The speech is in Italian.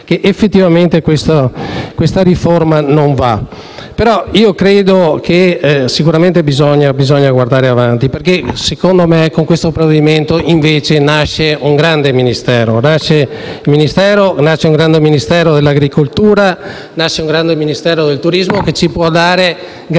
che effettivamente questa riforma non va. Credo però che bisogna guardare avanti, perché con questo provvedimento nasce invece un grande Ministero, un grande Ministero dell'agricoltura, un grande Ministero del turismo, che ci può dare grandissime